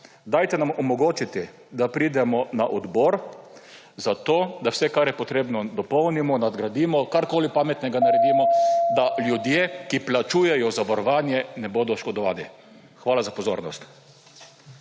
dajte nam omogočiti, da pridemo na odbor, zato da vse, kar je potrebno, dopolnimo, nadgradimo, karkoli pametnega naredimo, da ljudje, ki plačujejo zavarovanje, ne bodo oškodovani. Hvala za pozornost.